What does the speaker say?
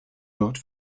dort